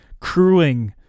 crewing